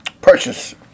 purchase